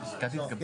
כן,